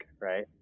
right